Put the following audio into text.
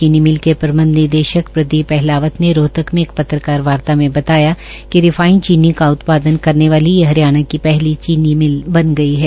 चीनी मिल के प्रबंध निदेशक प्रदीप अहलावत ने रोहतक में एक पत्रकार वार्ता मे बताया कि रिफाइंड चीनी का उत्पादन करने वाली ये हरियाणा की पहली चीनी मिल बन गई है